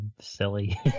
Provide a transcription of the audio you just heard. silly